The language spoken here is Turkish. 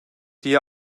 diye